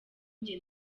njye